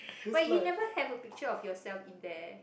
but you never have a picture of yourself in there